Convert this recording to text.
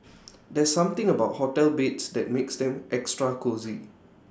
there's something about hotel beds that makes them extra cosy